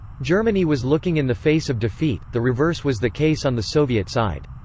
germany was looking in the face of defeat the reverse was the case on the soviet side.